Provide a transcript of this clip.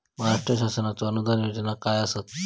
महाराष्ट्र शासनाचो अनुदान योजना काय आसत?